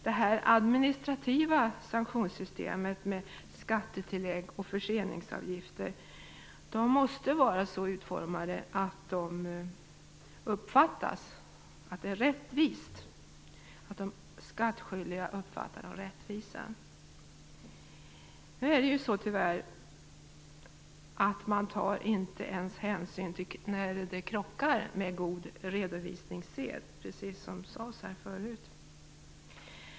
Det administrativa sanktionssystemet med skattetillägg och förseningsavgifter måste vara så utformat att det uppfattas som rättvist av de skattskyldiga. Nu tar man tyvärr inte ens hänsyn när det krockar med god redovisningssed, precis som sades här förut.